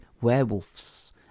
werewolves